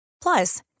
Plus